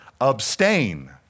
abstain